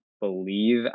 believe